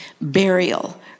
burial